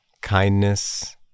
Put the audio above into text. kindness